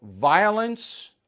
violence